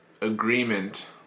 agreement